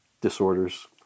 disorders